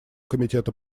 комитета